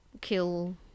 kill